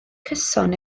cyson